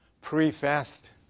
pre-fast